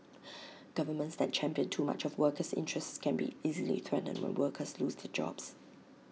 governments that champion too much of workers' interests can be easily threatened when workers lose their jobs